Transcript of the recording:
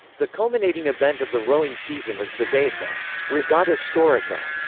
the culminating event of the rowing season is the day of the regata storica,